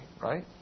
right